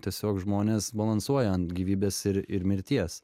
tiesiog žmonės balansuoja ant gyvybės ir ir mirties